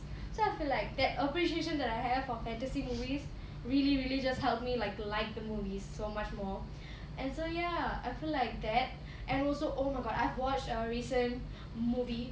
so I feel like that appreciation that I have of fantasy movies really really just helped me like like the movies so much more and so ya I feel like that and also oh my god I've watched a recent movie